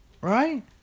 right